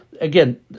Again